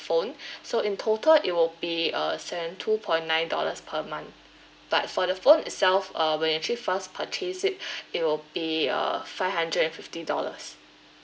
phone so in total it will be err seventy two point nine dollars per month but for the phone itself uh when you actually first purchase it it will be uh five hundred and fifty dollars